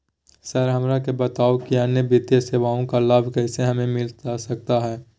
Sir हमरा के बताओ कि अन्य वित्तीय सेवाओं का लाभ कैसे हमें मिलता सकता है?